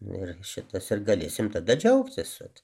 nu ir šitas ir galėsim tada džiaugtis vat